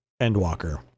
Endwalker